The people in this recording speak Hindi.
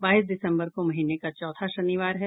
बाईस दिसम्बर को महीने का चौथा शनिवार है